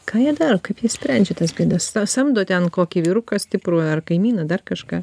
ką jie daro kaip jie sprendžia tas bėdas sa samdo ten kokį vyruką stiprų ar kaimyną dar kažką